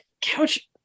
couch